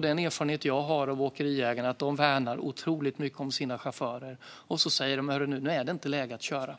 Den erfarenhet jag har av åkeriägare är att de värnar otroligt mycket om sina chaufförer och säger till om det inte är läge att köra.